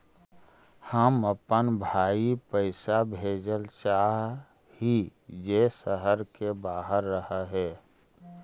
हम अपन भाई पैसा भेजल चाह हीं जे शहर के बाहर रह हे